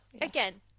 again